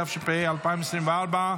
התשפ"ה 2024,